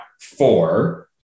four